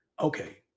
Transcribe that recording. Okay